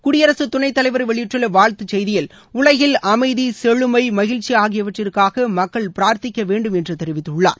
குடியரசு துணைத் தலைவர் வெளியிட்டுள்ள அறிக்கையில் உலகில் அமைதி செழுமை மகிழ்ச்சி ஆகியவற்றிற்காக மக்கள் பிரார்த்திக்க வேண்டும் என்று தெரிவித்துள்ளார்